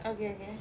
okay okay